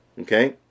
Okay